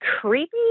creepy